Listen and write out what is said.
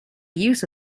use